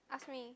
ask me